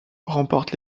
remporte